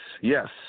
yes